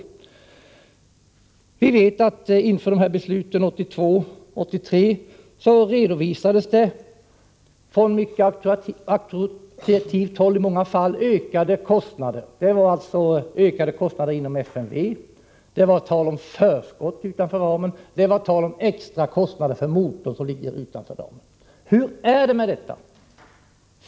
Inför besluten 1982 och 1983 redovisades från mycket auktoritativt håll i många fall ökade kostnader. Det var ökade kostnader inom FMV, det var tal om förskott utanför ramen, och det var tal om extra kostnader för motorer. Hur är det med detta?